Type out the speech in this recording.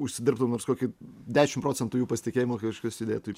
užsidirbtum nors kokį dešimt procentų jų pasitikėjimo kad kažkas judėtų